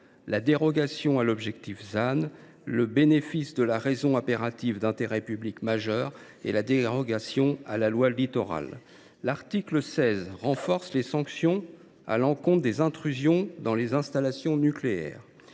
« zéro artificialisation nette » (ZAN), le bénéfice de la raison impérative d’intérêt public majeur et la dérogation à la loi Littoral. L’article 16 renforce les sanctions à l’encontre des intrusions dans les installations nucléaires.